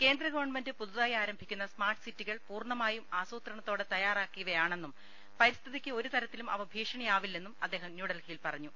കേന്ദ്ര ഗവൺമെന്റ് പുതുതായി ആരംഭിക്കുന്ന സ്മാർട്ട് സിറ്റി കൾ പൂർണമായും ആസൂത്രണത്തോടെ തയ്യാറാക്കിയവയാ ണെന്നും പരിസ്ഥിതിക്ക് ഒരുതരത്തിലും അവ ഭീഷണിയാവി ല്ലെന്നും അദ്ദേഹം ന്യൂഡൽഹിയിൽ പറഞ്ഞു